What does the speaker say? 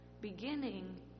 beginning